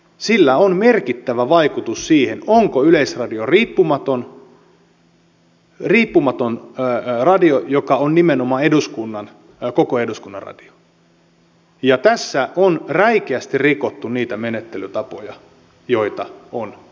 sillä on merkittävä vaikutus siihen onko yleisradio riippumaton radio joka on nimenomaan koko eduskunnan radio ja tässä on räikeästi rikottu niitä menettelytapoja joita on päätetty